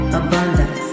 abundance